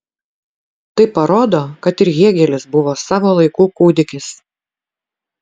tai parodo kad ir hėgelis buvo savo laikų kūdikis